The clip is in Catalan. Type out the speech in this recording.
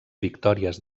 victòries